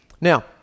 Now